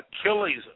Achilles